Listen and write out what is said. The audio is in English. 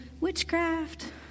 witchcraft